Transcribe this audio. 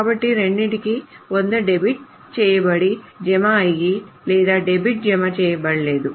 కాబట్టి రెండింటికి 100 డెబిట్ చేయబడి జమ అయ్యాయి లేదా అది డెబిట్ జమ చేయబడలేదు